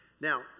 Now